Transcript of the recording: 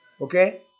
Okay